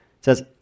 Says